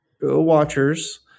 watchers